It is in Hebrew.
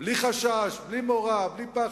בלי חשש, בלי מורא, בלי פחד.